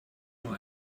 nur